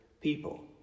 people